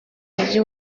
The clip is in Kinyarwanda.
mujyi